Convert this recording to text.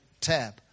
tab